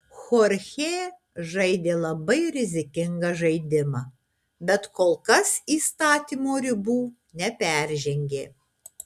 chorchė žaidė labai rizikingą žaidimą bet kol kas įstatymo ribų neperžengė